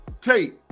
Tate